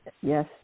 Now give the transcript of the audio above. Yes